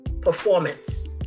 performance